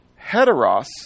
Heteros